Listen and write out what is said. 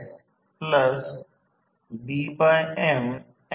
कारण K नेहमीच 0 पेक्षा मोठा असतो